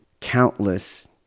countless